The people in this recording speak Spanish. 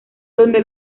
donde